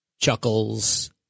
Chuckles